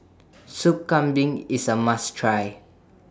Sup Kambing IS A must Try